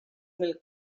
mil